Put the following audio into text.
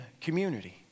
community